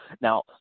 Now